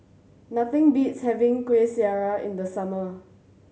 nothing beats having Kueh Syara in the summer